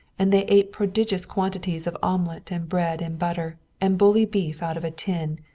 and they ate prodigious quantities of omelet and bread and butter, and bully beef out of a tin,